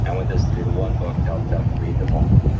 and want this to be the one book to help them read them all.